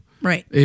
Right